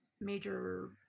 major